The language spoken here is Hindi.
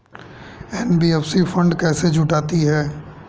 एन.बी.एफ.सी फंड कैसे जुटाती है?